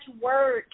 work